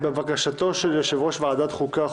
בקשתו של יו"ר ועדת החוקה,